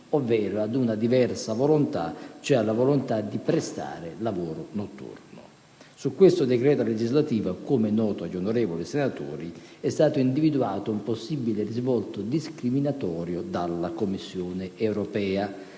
ovvero ad una diversa volontà, vale dire quella di prestare lavoro notturno. In questo decreto legislativo, come è noto agli onorevoli senatori, è stato individuato un possibile risvolto discriminatorio dalla Commissione europea,